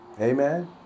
Amen